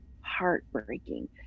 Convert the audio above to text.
heartbreaking